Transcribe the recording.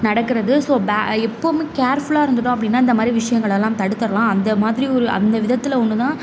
நடக்கிறது ஸோ பே எப்போவுமே கேர்ஃபுலாக இருந்துவிட்டோம் அப்படினா இந்தமாதிரி விஷயங்களெல்லாம் தடுத்துரலாம் அந்த மாதிரி ஒரு அந்த விதத்தில் ஒன்று தான்